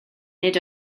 nid